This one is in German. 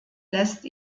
lässt